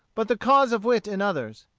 but the cause of wit in others.